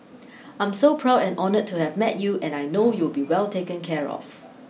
I'm so proud and honoured to have met you and I know you'll be well taken care of